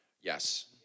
yes